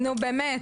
נו, באמת.